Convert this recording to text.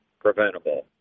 preventable